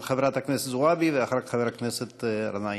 חברת הכנסת זועבי, ואחר כך, חבר הכנסת גנאים.